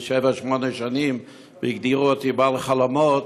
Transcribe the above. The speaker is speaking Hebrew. שבע-שמונה שנים והגדירו אותי "בעל חלומות",